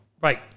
Right